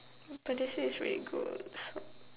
but they say it's really good